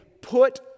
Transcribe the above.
put